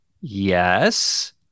yes